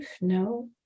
No